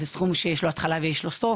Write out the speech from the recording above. זה סכום שיש לו התחלה ויש לו סוף,